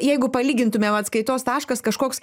jeigu palygintumėm atskaitos taškas kažkoks